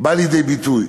בא לידי ביטוי,